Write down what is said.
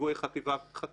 פיגועי חטיפה ופיקוח,